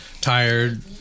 tired